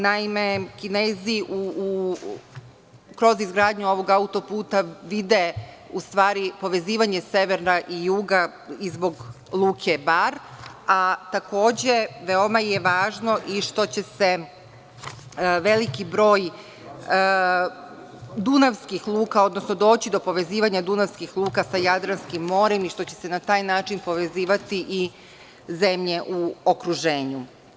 Naime, Kinezi kroz izgradnju ovog autoputa vide povezivanje severa i juga i zbog Luke Bar, a takođe veoma je važno i što će se veliki brojdunavskih luka, odnosno doći do povezivanja dunavskih luka sa Jadranskim morem i što će se na taj način povezivati i zemlje u okruženju.